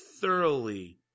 thoroughly